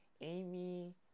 Amy